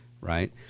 right